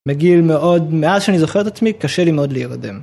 מגיל מאוד מאז שאני זוכר את עצמי קשה לי מאוד להירדם.